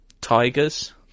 tigers